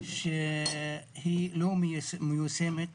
שהיא לא מיושמת,